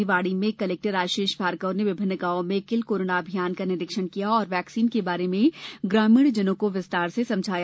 निवाड़ी में कलेक्टर आशीष भार्गव ने विभिन्न गांवों में किल कोरोना अभियान का निरीक्षण किया और वैक्सीन के बारे ग्रामीण जनो को विस्तार से समझाया